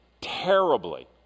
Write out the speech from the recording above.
terribly